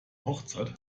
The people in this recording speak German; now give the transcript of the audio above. hochzeit